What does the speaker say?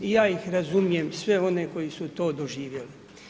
I ja ih razumijem sve one koji su to doživjeli.